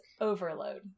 overload